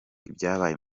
ibyabaye